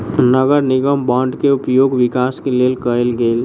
नगर निगम बांड के उपयोग विकास के लेल कएल गेल